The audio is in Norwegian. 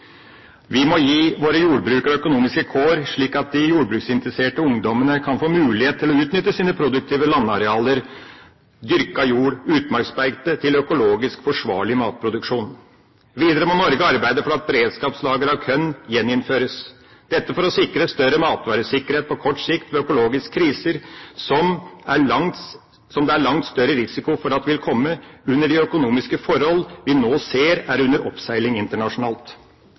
Vi må gi våre jordbrukere økonomiske kår som gjør at de jordbruksinteresserte ungdommene kan få mulighet til å utnytte sine produktive landarealer, dyrket jord og utmarksbeite til økologisk forsvarlig matproduksjon. Videre må Norge arbeide for at beredskapslageret av korn gjeninnføres – dette for å sørge for større matvaresikkerhet på kort sikt ved økologiske kriser, som det er langt større risiko for vil komme under de økonomiske forhold vi nå ser er under oppseiling internasjonalt.